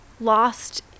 lost